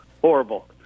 Horrible